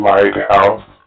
Lighthouse